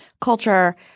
culture –